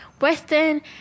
western